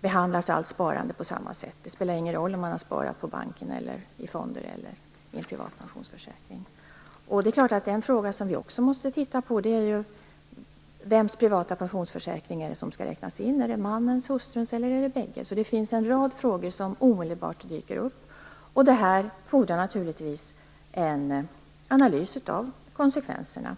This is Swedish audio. behandlas allt sparande på samma sätt. Det spelar ingen roll om man sparat på banken, i fonder eller i en privat pensionsförsäkring. En fråga man också måste titta på är vems privata pensionsförsäkring som skall räknas in. Är det mannens, hustruns eller bägges? Det finns en rad frågor som omedelbart dyker upp, och det fordrar naturligtvis en analys av konsekvenserna.